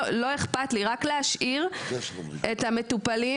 לא אכפת לי אבל להשאיר את המטופלים